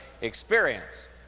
experience